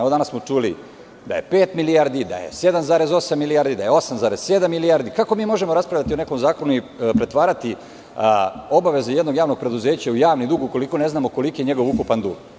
Danas smo čuli da je pet milijardi, da je 7,8 milijardi, da je 8,7 milijardi, kako mi možemo raspravljati o nekom zakonu i pretvarati obaveze jednog javnog preduzeća u javni dug, ukoliko ne znamo koliki je njegov ukupan dug?